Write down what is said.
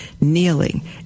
kneeling